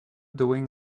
doing